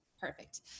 perfect